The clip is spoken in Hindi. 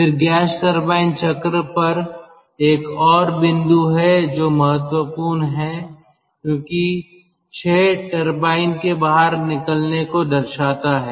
फिर गैस टरबाइन चक्र पर एक और बिंदु है जो महत्वपूर्ण है क्योंकि 6 टरबाइन के बाहर निकलने को दर्शाता है